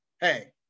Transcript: hey